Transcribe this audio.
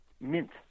Mint